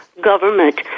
government